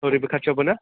हरैबो खाथिआवबो ना